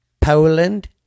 Poland